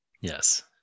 Yes